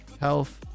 health